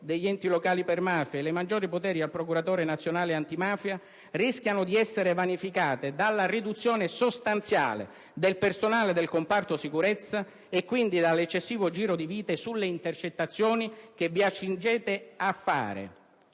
degli enti locali per mafia e i maggiori poteri al procuratore nazionale antimafia), rischiano di essere vanificate dalla riduzione sostanziale del personale del comparto sicurezza e, quindi, dall'eccessivo di giro di vite sulle intercettazioni che vi accingete a fare,